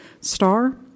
star